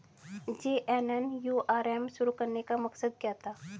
JNNURM शुरू करने का मकसद क्या था?